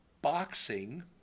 boxing